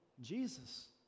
Jesus